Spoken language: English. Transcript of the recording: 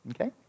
Okay